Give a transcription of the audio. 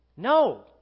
No